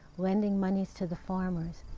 lending monies to the farmers,